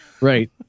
Right